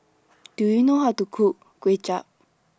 Do YOU know How to Cook Kway Chap